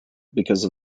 because